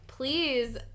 Please